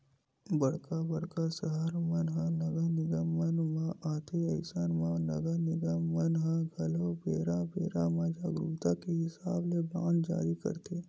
बड़का बड़का सहर मन ह नगर निगम मन म आथे अइसन म नगर निगम मन ह घलो बेरा बेरा म जरुरत के हिसाब ले बांड जारी करथे